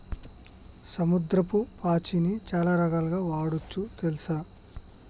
సముద్రపు పాచిని చాలా రకాలుగ వాడొచ్చు తెల్సా